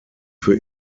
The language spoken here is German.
für